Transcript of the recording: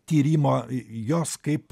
tyrimo jos kaip